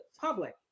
public